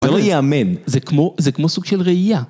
זה לא ייאמן, זה כמו סוג של ראייה.